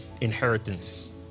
inheritance